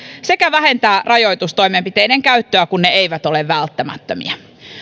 sekä vähentää rajoitustoimenpiteiden käyttöä kun ne eivät ole välttämättömiä